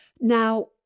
Now